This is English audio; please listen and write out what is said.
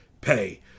pay